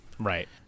right